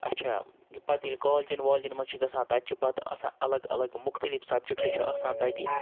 اچھا پَتہٕ ییٚلہِ کالجَن والجن مَنٛز چھِ گَژھان تَتہِ چھِ پَتہٕ آسان اَلَگ الگ مُختلِف سَبجَکٹ چھِ آسان تَتہِ